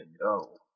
No